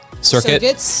Circuit